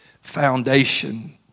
foundation